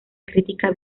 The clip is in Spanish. crítica